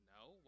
no